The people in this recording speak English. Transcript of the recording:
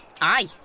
Aye